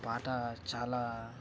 ఆ పాట చాలా